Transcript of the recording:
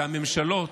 והממשלות,